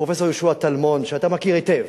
פרופסור יהושע טלמון, שאתה מכיר היטב,